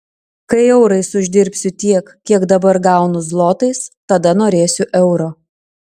kai eurais uždirbsiu tiek kiek dabar gaunu zlotais tada norėsiu euro